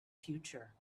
future